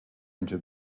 into